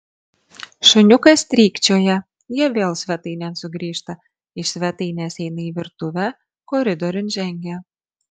šuniukas strykčioja jie vėl svetainėn sugrįžta iš svetainės eina į virtuvę koridoriun žengia